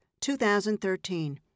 2013